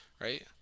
Right